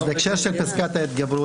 אז בהקשר של פסקת ההתגברות,